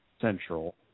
Central